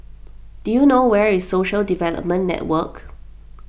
do you know where is Social Development Network